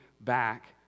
back